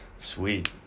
Sweet